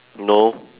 no